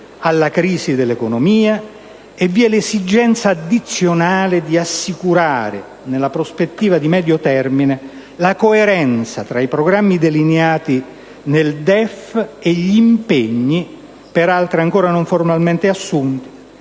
alla crisi dell'economia e vi è l'esigenza addizionale di assicurare, nella prospettiva di medio termine, la coerenza tra i programmi delineati nel DEF e gli impegni, peraltro ancora non formalmente assunti,